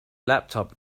laptop